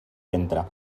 ventre